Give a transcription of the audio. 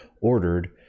ordered